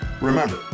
Remember